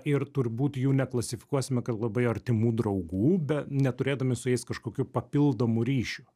ir turbūt jų neklasifikuosime kad labai artimų draugų be neturėdami su jais kažkokių papildomų ryšių